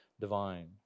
divine